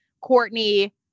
Courtney